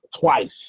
twice